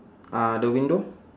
uh the window